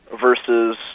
versus